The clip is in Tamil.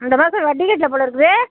இந்த மாதம் வட்டி கட்டல போல் இருக்குது